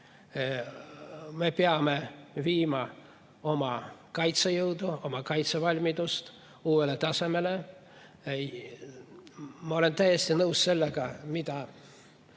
Me peame viima oma kaitsejõud, oma kaitsevalmiduse uuele tasemele. Ma olen täiesti nõus sellega, mida